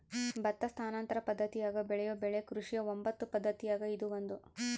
ಭತ್ತ ಸ್ಥಾನಾಂತರ ಪದ್ದತಿಯಾಗ ಬೆಳೆಯೋ ಬೆಳೆ ಕೃಷಿಯ ಒಂಬತ್ತು ಪದ್ದತಿಯಾಗ ಇದು ಒಂದು